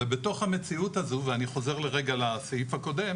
בתוך המציאות הזו ואני חוזר רגע לסעיף הקודם